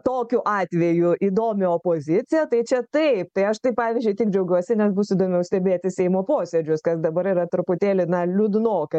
tokiu atveju įdomią opoziciją tai čia taip tai aš tai pavyzdžiui tik džiaugiuosi nes bus įdomiau stebėti seimo posėdžius kas dabar yra truputėlį na liūdnoka